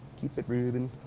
keep it groovin'.